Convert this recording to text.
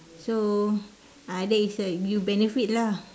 so uh that is err you benefit lah